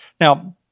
Now